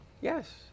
Yes